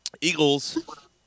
Eagles